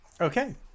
Okay